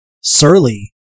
surly